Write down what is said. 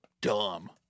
dumb